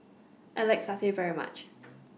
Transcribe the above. I like Satay very much